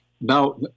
Now